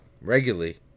regularly